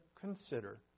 Consider